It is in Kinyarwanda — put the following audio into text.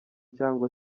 cyangwa